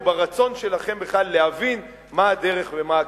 או ברצון שלכם בכלל להבין מה הדרך ומה הכיוון.